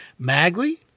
Magley